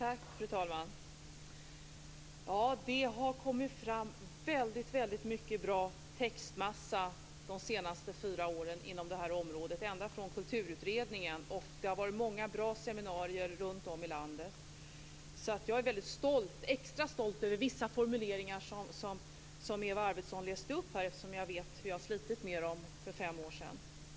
Fru talman! Det har kommit fram väldigt mycket bra textmassa de senaste fyra åren inom det här området, ända sedan Kulturutredningen. Det har varit många bra seminarier runtom i landet. Jag är extra stolt över vissa formuleringar som Eva Arvidsson läste upp, eftersom jag vet hur jag slet med dem för fem år sedan.